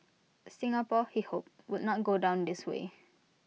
Singapore he hoped would not go down this way